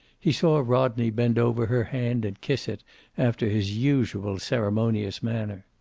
he saw rodney bend over her hand and kiss it after his usual ceremonious manner.